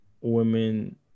women